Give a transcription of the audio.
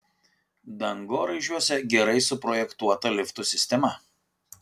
dangoraižiuose gerai suprojektuota liftų sistema